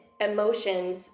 emotions